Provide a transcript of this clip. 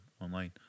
online